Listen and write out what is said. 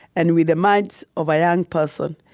and with the mind of a young person,